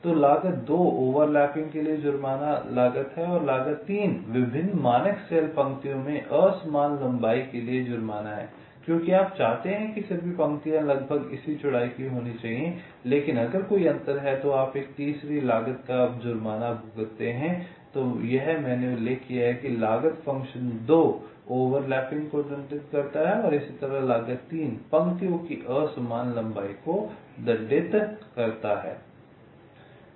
तो लागत दो ओवरलैपिंग के लिए जुर्माना लागत है और लागत 3 विभिन्न मानक सेल पंक्तियों में असमान लंबाई के लिए जुर्माना है क्योंकि आप चाहते हैं कि सभी पंक्तियाँ लगभग इसी चौड़ाई की होनी चाहिए लेकिन अगर कोई अंतर है तो आप एक तीसरी लागत का जुर्माना भुगतते हैं तो यह मैंने उल्लेख किया है लागत फ़ंक्शन 2 ओवरलैपिंग को दंडित करता है और इसी तरह लागत 3 पंक्तियों की असमान लंबाई को दंडित करता है